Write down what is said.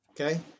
Okay